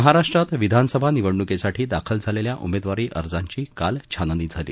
महाराष्ट्रात विधानसभा निवडणुकीसाठी दाखल झालेल्या उमेदवारी अर्जांची काल छाननी झाली